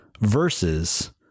versus